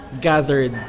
gathered